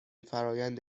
فرآیند